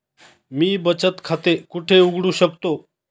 मी बचत खाते कुठे उघडू शकतो?